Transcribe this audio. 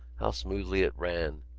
how smoothly it ran.